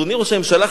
אדוני ראש הממשלה,